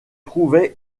trouvait